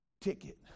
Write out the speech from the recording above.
ticket